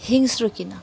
হিংস্র কিনা